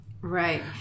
right